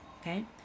okay